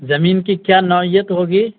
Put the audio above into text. زمین کی کیا نوعیت ہوگی